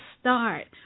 start